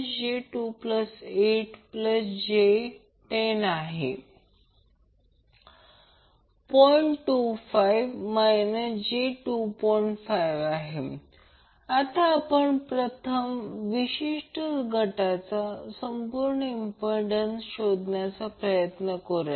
25 आता प्रथम आपण एका विशिष्ट गटाचा संपूर्ण इम्पिडंस शोधण्याचा प्रयत्न करूया